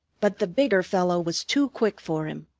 but the bigger fellow was too quick for him.